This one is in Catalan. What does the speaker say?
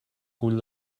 cull